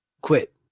quit